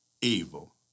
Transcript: evil